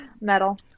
Metal